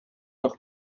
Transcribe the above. auch